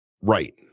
right